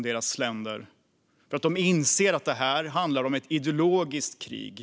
Dessa länder inser att det handlar om ett ideologiskt krig.